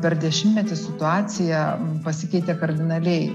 per dešimtmetį situacija pasikeitė kardinaliai